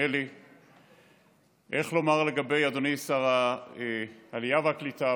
אדוני שר העלייה והקליטה,